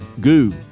Goo